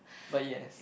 but yes